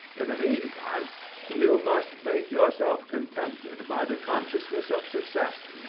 the meantime you must make yourself contented by the consciousness of success,